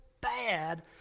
bad